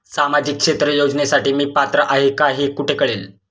सामाजिक क्षेत्र योजनेसाठी मी पात्र आहे का हे कुठे कळेल?